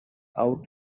out